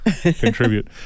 contribute